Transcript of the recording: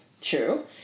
True